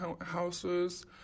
houses